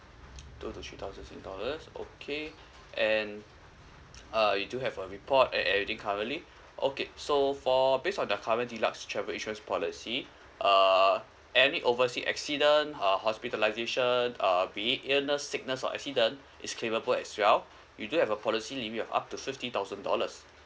two to three thousand singapore dollars okay and uh you do have a report at everything currently okay so for based on the current deluxe travel insurance policy uh any oversea accident uh hospitalisation uh be it illness sickness or accident is claimable as well we do have a policy limit of up to fifty thousand dollars